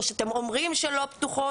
או שאתם אומרים שלא פתוחות.